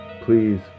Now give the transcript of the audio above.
please